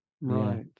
Right